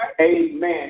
amen